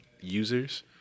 users